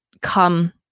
come